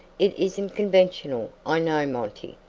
it isn't conventional, i know, monty.